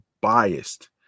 biased